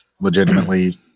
legitimately